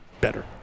better